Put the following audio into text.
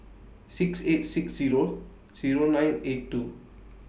six eight six Zero Zero nine eight two